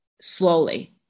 slowly